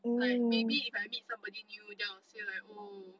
like maybe if I meet somebody new then I will say like oh